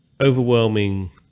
overwhelming